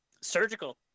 surgical